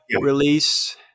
release